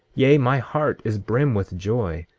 yea, my heart is brim with joy,